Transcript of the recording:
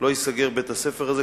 לא ייסגר בית-הספר הזה.